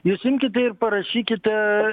jūs imkite ir parašykite